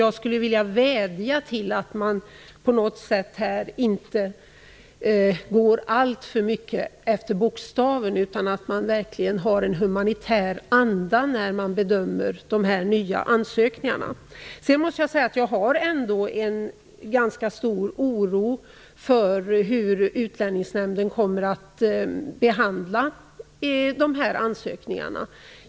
Jag skulle vilja vädja om att man inte går alltför mycket efter bokstaven utan bedömer de nya ansökningarna i humanitär anda. Jag känner ändå en ganska stor oro för hur Utlänningsnämnden kommer att behandla dessa ansökningar.